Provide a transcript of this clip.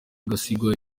gasigwa